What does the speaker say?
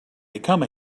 become